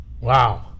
Wow